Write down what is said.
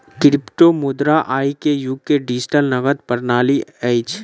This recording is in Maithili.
क्रिप्टोमुद्रा आई के युग के डिजिटल नकद प्रणाली अछि